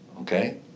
okay